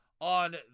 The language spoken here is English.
on